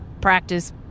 practice